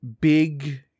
big